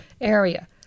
area